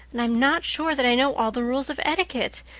and i'm not sure that i know all the rules of etiquette,